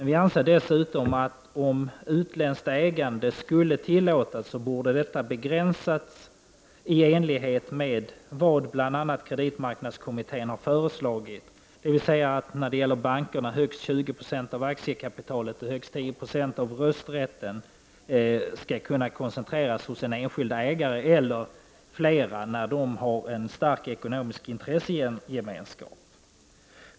Vi anser dessutom att om utländskt ägande skulle tillåtas så borde detta ha begränsats i enlighet med vad bl.a. kreditmarknadskommittén har föreslagit, dvs. när det gäller bankerna att högst 20 90 av aktiekapitalet och högst 10 20 av rösträtten kan koncentreras hos en enskild ägare eller flera om de har en stark ekonomisk intressegemenskap.